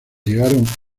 llegaron